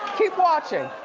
keep watching.